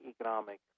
economic